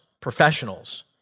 professionals